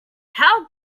how